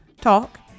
talk